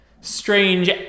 strange